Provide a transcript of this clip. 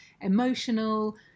emotional